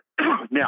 Now